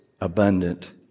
Abundant